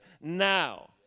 now